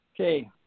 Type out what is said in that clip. Okay